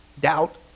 doubt